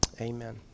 Amen